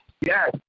Yes